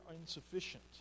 insufficient